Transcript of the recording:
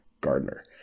Gardner